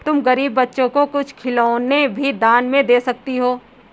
तुम गरीब बच्चों को कुछ खिलौने भी दान में दे सकती हो